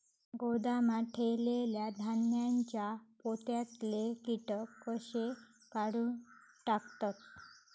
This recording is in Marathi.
गोदामात ठेयलेल्या धान्यांच्या पोत्यातले कीटक कशे काढून टाकतत?